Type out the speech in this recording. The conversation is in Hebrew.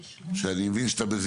שלו.